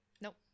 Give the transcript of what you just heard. Nope